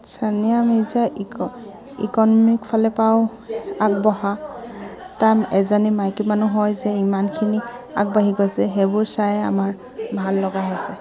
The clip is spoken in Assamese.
ছানিয়া মিৰ্জা ইক ইকনমিক ফালৰ পৰাও আগবঢ়া তাই এজনী মাইকী মানুহ হৈ যে ইমানখিনি আগবাঢ়ি গৈছে সেইবোৰ চাই আমাৰ ভাল লগা হৈছে